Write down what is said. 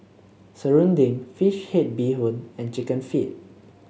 Serunding fish head Bee Hoon and chicken feet